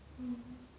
mm